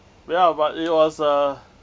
ya but it was a